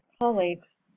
colleagues